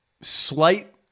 slight